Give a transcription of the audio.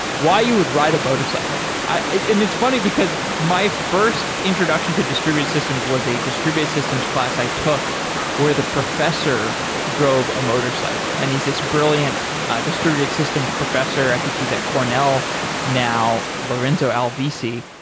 why you would ride a motorcycle? it's funny, because my first introduction to distributed systems was a distributed systems class i took where the professor drove a motorcycle and he's this brilliant ah distributed systems professor. i think he's at cornell now, lorenzo alvisi.